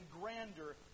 grander